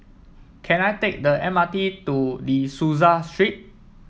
can I take the M R T to De Souza Street